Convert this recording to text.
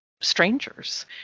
strangers